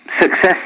success